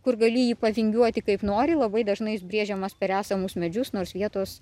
kur gali jį pavingiuoti kaip nori labai dažnais brėžiamas per esamus medžius nors vietos